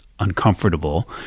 uncomfortable